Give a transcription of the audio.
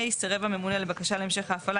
(ה) סירב הממונה לבקשה להמשך ההפעלה